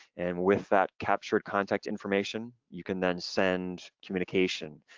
and with that captured contact information, you can then send communication,